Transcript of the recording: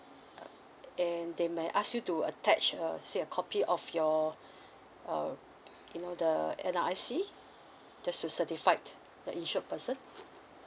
uh and they may ask you to attach a say a copy of your uh you know the N_R_I_C just to certified the insured person